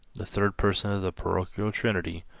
the third person of the parochial trinity,